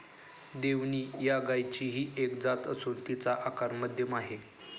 देवणी या गायचीही एक जात असून तिचा आकार मध्यम आहे